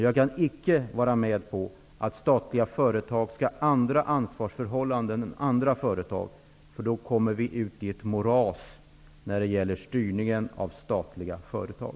Jag kan dock inte gå med på att statliga företag skall arbeta under andra ansvarsförhållanden än icke statliga företag, eftersom vi då kommer ut i ett moras när det gäller styrning av statliga företag.